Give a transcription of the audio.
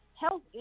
health